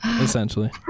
essentially